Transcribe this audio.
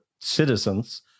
citizens